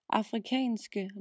afrikanske